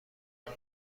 سرت